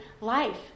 life